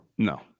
No